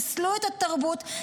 חיסלו את התרבות,